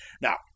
Now